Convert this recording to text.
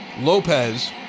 Lopez